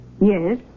Yes